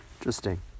interesting